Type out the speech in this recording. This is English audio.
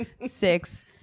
six